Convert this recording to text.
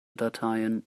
dateien